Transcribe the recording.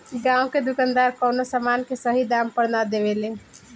गांव के दुकानदार कवनो समान के सही दाम पर ना देवे ले